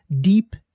deep